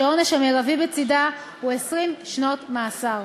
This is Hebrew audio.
שהעונש המרבי בצדה הוא 20 שנות מאסר.